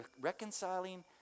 reconciling